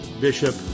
Bishop